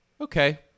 okay